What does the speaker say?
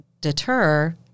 deter